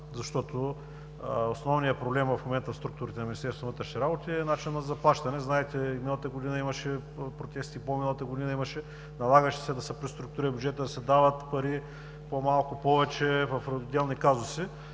защото основният проблем в момента в структурите на Министерството на вътрешните работи е начинът на заплащане. Знаете, и миналата година имаше протести, и по-миналата година имаше. Налагаше се да се преструктурира бюджетът, да се дават по-малко пари, повече в отделни казуси.